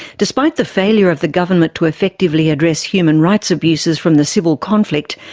despite the failure of the government to effectively address human rights abuses from the civil conflict,